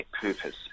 purpose